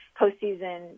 postseason